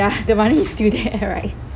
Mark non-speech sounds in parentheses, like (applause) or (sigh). ya (laughs) the money is still there right (laughs)